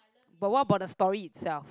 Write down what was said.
but what about the story itself